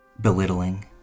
belittling